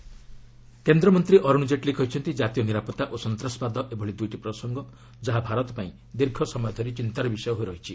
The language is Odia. ଜେଟ୍ଲୀ ନ୍ୟାସନାଲ ସିକ୍ୟୁରିଟି କେନ୍ଦ୍ରମନ୍ତ୍ରୀ ଅରୁଣ ଜେଟ୍ଲୀ କହିଛନ୍ତି କାତୀୟ ନିରାପତ୍ତା ଓ ସନ୍ତାସବବାଦ ଏଭଳି ଦୁଇଟି ପ୍ରସଙ୍ଗ ଯାହା ଭାରତ ପାଇଁ ଦୀର୍ଘ ସମୟ ଧରି ଚିନ୍ତାର ବିଷୟ ହୋଇ ରହିଛି